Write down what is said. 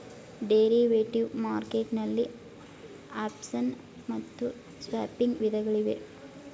derivative market ನಲ್ಲಿ option ಮತ್ತು swapping ವಿಧಗಳಿವೆ